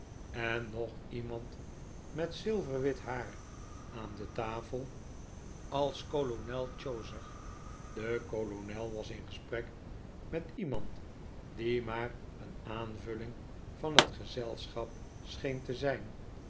en nog iemand met zilverwit haar aan de tafel als kolonel chowser de kolonel was in gesprek met iemand die maar een aanvulling van het gezelschap scheen te zijn